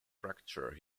fracture